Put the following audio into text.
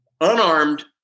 unarmed